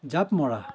জাঁপ মৰা